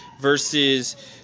versus